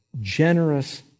generous